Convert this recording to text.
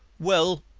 well,